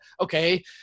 okay